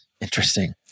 Interesting